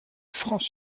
francs